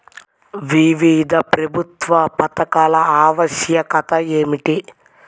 వివిధ ప్రభుత్వా పథకాల ఆవశ్యకత ఏమిటి?